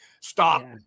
stop